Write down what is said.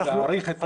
להאריך את התקנות.